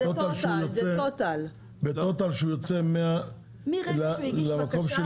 זה טוטאל מהרגע שהוא יוצא למקום של